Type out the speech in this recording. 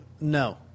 No